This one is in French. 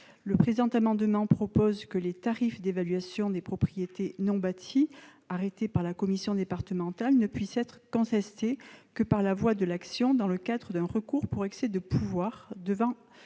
Le présent amendement vise à garantir que les tarifs d'évaluation des propriétés non bâties arrêtés par la commission départementale ne puissent être contestés que par la voie de l'action dans le cadre d'un recours pour excès de pouvoir devant